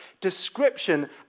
description